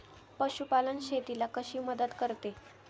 पशुपालन शेतीला कशी मदत करते?